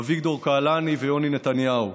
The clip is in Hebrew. אביגדור קהלני ויוני נתניהו,